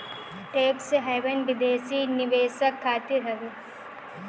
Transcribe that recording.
tax haven विदेशी निवेशक खातिर हवे